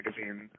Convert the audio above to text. magazine